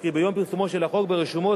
קרי ביום פרסומו של החוק ברשומות,